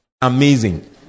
Amazing